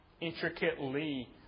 intricately